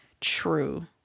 true